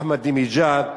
אחמדינג'אד,